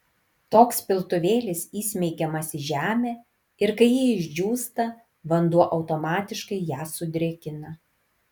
toks piltuvėlis įsmeigiamas į žemę ir kai ji išdžiūsta vanduo automatiškai ją sudrėkina